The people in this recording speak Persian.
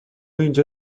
اینجا